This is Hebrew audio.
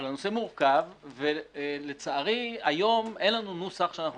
אבל הנושא מורכב ולצערי היום אין לנו נוסח שאנחנו